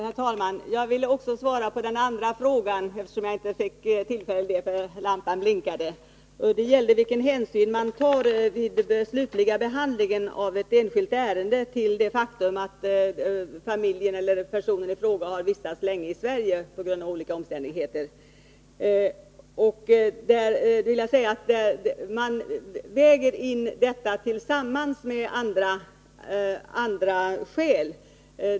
Herr talman! Jag vill också svara på Jörgen Ullenhags andra fråga — jag fick inte tillfälle till det i mitt förra inlägg därför att lampan i talarstolen blinkade. Den frågan gällde vilken hänsyn man vid den slutliga behandlingen av ett enskilt ärende tar till det faktum att familjen eller personen i fråga har vistats länge i Sverige. Man väger vid bedömingen in detta, tillsammans med andra skäl.